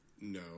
No